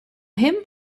him